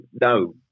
no